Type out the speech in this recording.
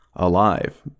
alive